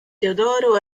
teodoro